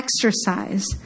exercise